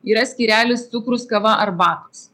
yra skyrelis cukrus kava arbatos